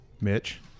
Mitch